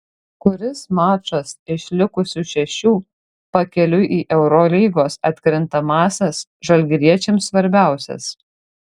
kuris mačas iš likusių šešių pakeliui į eurolygos atkrintamąsias žalgiriečiams svarbiausias